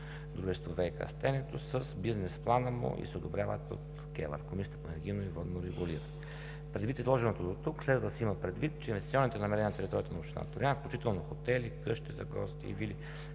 дружество ВиК „Стенето“ с бизнес плана му и с одобряването от Комисията за енергийно и водно регулиране. Предвид изложеното дотук следва да се има предвид, че инвестиционните намерения на територията на община Троян, включително хотели, къщи за гости и вили,